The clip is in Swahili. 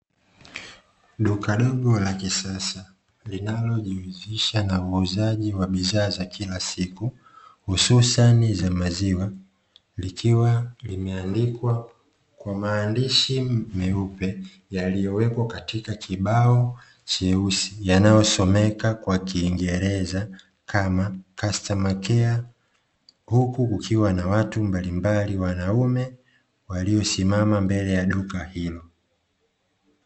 Duka dogo la kisasa linalojihusisha na uuzaji wa bidhaa za kila siku hususani za maziwa, likiwa limeandikwa kwa maandishi meupe yaliyowekwa katika kibao cheusi yanayosomeka kwa kiingereza kama "customer care"; huku kukiwa na watu mbalimbali wanaume waliosimama mbele ya duka hilo.